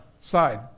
side